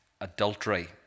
adultery